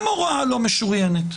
גם הוראה לא משוריינת.